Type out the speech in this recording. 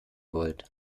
wollt